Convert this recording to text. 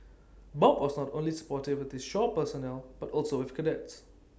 bob was not only supportive with his shore personnel but also with cadets